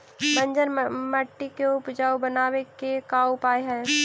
बंजर मट्टी के उपजाऊ बनाबे के का उपाय है?